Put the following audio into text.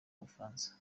bufaransa